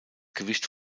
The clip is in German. gewicht